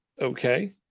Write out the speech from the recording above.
Okay